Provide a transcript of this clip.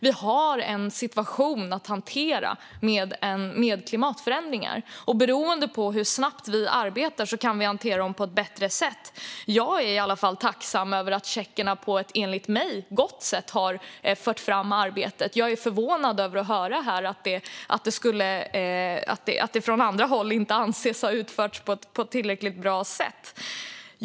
Vi har en situation att hantera med klimatförändringarna. Om vi arbetar snabbt kan vi hantera dem på ett bättre sätt. Jag är i alla fall tacksam över att tjeckerna på ett, enligt mig, gott sätt har fört arbetet framåt. Jag blir förvånad att höra här att det från andra håll inte anses ha utförts på ett tillräckligt bra sätt.